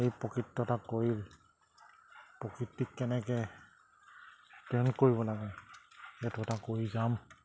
এই প্ৰকৃতটা কৰি প্ৰকৃতিক কেনেকে প্ৰেম কৰিব লাগে সেইটো এটা কৰি যাম